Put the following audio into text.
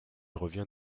revient